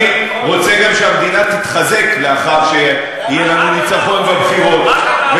אני רוצה גם שהמדינה תתחזק לאחר שיהיה לנו ניצחון בבחירות.